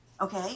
Okay